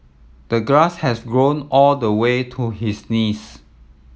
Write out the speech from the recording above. the grass has grown all the way to his knees